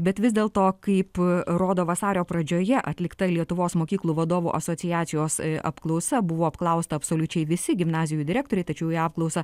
bet vis dėl to kaip rodo vasario pradžioje atlikta lietuvos mokyklų vadovų asociacijos apklausa buvo apklausta absoliučiai visi gimnazijų direktoriai tačiau į apklausą